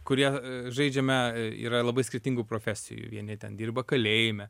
kurie žaidžiame yra labai skirtingų profesijų vieni ten dirba kalėjime